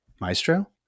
Maestro